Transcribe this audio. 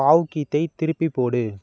பாவ்கீத்தை திருப்பிப் போடு